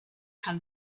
can